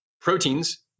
proteins